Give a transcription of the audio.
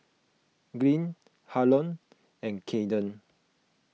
Glynn Harlon and Cayden